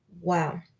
Wow